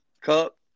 Cup